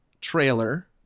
trailer